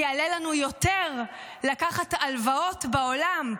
כי יעלה לנו יותר לקחת הלוואות בעולם,